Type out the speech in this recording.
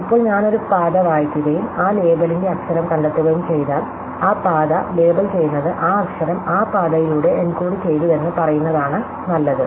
ഇപ്പോൾ ഞാൻ ഒരു പാത വായിക്കുകയും ആ ലേബലിന്റെ അക്ഷരം കണ്ടെത്തുകയും ചെയ്താൽ ആ പാത ലേബൽ ചെയ്യുന്നത് ആ അക്ഷരം ആ പാതയിലൂടെ എൻകോഡുചെയ്തുവെന്ന് പറയുന്നതാണ് നല്ലത്